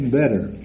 better